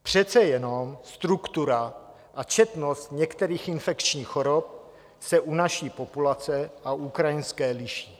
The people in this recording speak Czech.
Přece jenom struktura a četnost některých infekčních chorob se u naší populace a ukrajinské liší.